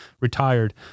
retired